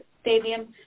Stadium